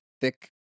thick